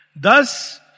Thus